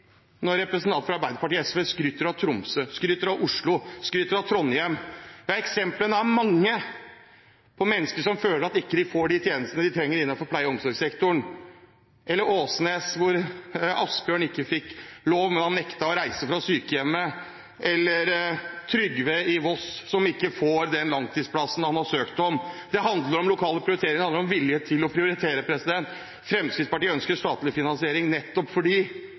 når representanter fra Arbeiderpartiet og SV skryter av Tromsø, skryter av Oslo og skryter av Trondheim, at eksemplene er mange på mennesker som føler at de ikke får de tjenestene de trenger innenfor pleie- og omsorgssektoren – i Åsnes hvor Asbjørn ikke fikk lov til å bo, men han nektet å reise fra sykehjemmet, eller Trygve på Voss som ikke får den langtidsplassen han har søkt om. Det handler om lokale prioriteringer, og det handler om vilje til å prioritere. Fremskrittspartiet ønsker statlig finansiering nettopp fordi